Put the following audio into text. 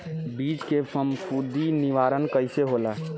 बीज के फफूंदी निवारण कईसे होला?